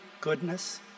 goodness